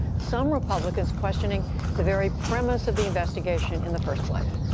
some republicans questioning the very premise of the investigation in the first place.